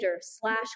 slash